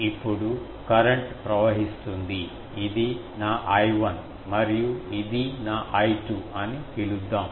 ఇప్పుడు కరెంట్ ప్రవహిస్తుంది ఇది నా I1 మరియు ఇది నా I2 అని పిలుద్దాం